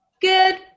Good